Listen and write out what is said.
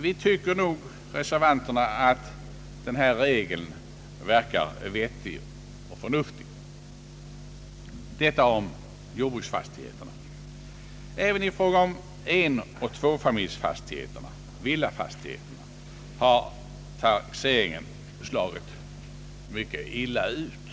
Vi reservanter tycker nog att den föreslagna bestämmelsen verkar vettig och förnuftig. Detta gäller alltså jordbruksfastigheterna. Även i fråga om enoch tvåfamiljsfastigheterna, villafastigheterna, har taxeringen slagit mycket illa ut.